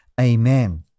Amen